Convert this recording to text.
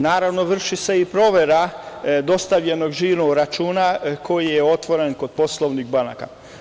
Naravno, vrši se i provera dostavljenog žiro-računa koji je otvoren kod poslovnih banaka.